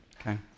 okay